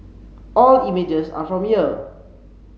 all images are from here